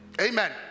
Amen